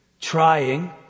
trying